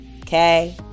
Okay